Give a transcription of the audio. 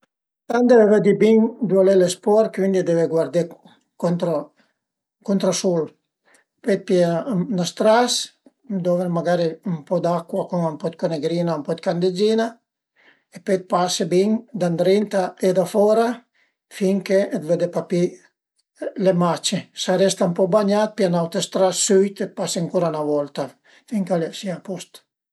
Drant devi vëddi bin ëndua al e lë sporch cuindi deve guardé contro contra sul, pöi pìe ün stras, dovre magari ün po d'acua cun ën po de conegrina, ën po dë candeggina e pöi pase bin da ëndrinta e da fora finché vëddi papì le mace, s'a resta ën po bagnà pìe ün autre stras süit e pas ancura 'na volta finché a sìa a post